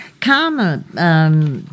Karma